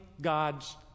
God's